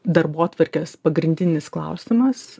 darbotvarkės pagrindinis klausimas